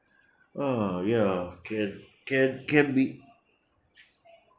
oh ya can can can be